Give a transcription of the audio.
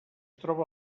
troba